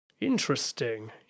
Interesting